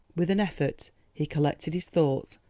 with an effort he collected his thoughts,